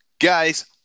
Guys